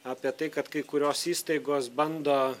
apie tai kad kai kurios įstaigos bando